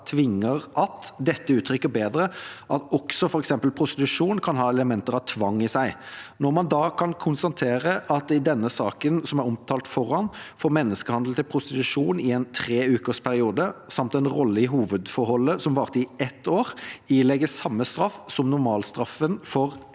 «tvinger» at «[d]ette uttrykker bedre at også for eksempel prostitusjon kan ha elementer av tvang i seg». Når man da kan konstatere at D i den saken som er omtalt foran, for menneskehandel til prostitusjon i en treukersperiode, samt en rolle i hovedforholdet som varte i ett år, ilegges samme straff som normalstraffen for én